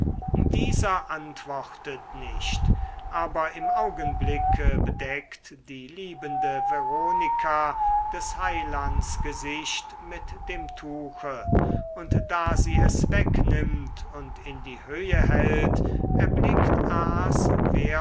dieser antwortet nicht aber im augenblicke bedeckt die liebende veronika des heilands gesicht mit dem tuche und da sie es wegnimmt und in die höhe hält erblickt